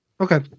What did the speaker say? Okay